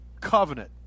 covenant